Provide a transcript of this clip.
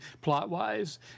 plot-wise